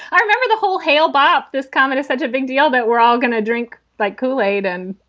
i remember the whole hail bob this comedy's such a big deal that we're all gonna drink by kool aid and,